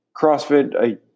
CrossFit